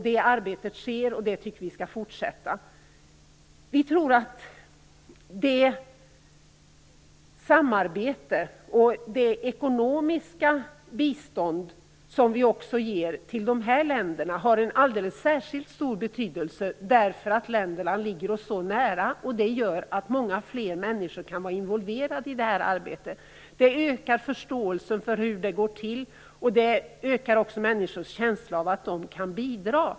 Det arbetet sker, och det tycker vi skall fortsätta. Vi tror att samarbetet och det ekonomiska bistånd som vi också ger till dessa länder har en alldeles särskilt stor betydelse därför att länderna ligger oss så nära. Det gör att många fler människor kan vara involverade i detta arbete. Det ökar förståelsen för hur det går till, och det ökar också människors känsla av att de kan bidra.